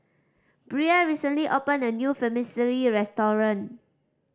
Bria recently opened a new Vermicelli restaurant